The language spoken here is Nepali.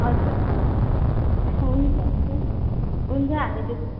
हजुर हजुर हुन्छ हुन्छ हामी त्यसो भए